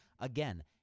Again